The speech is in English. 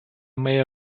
may